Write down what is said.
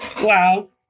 Wow